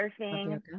surfing